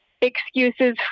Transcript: excuses